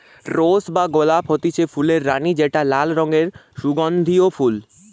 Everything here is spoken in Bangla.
রোস বা গোলাপ হতিছে ফুলের রানী যেটা লাল রঙের সুগন্ধিও ফুল